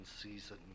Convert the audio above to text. season